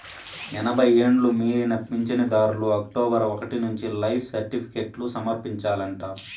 ఎనభై ఎండ్లు మీరిన పించనుదార్లు అక్టోబరు ఒకటి నుంచి లైఫ్ సర్టిఫికేట్లు సమర్పించాలంట